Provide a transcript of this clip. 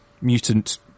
Mutant